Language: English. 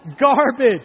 garbage